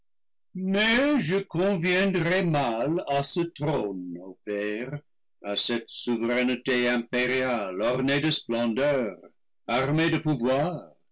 mais je conviendrais mal à ce trône ô pairs à cette souveraineté impériale ornée de splendeur armée de pouvoir